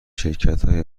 شرکتهای